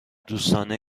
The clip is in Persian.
دوستانه